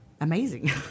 amazing